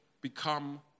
become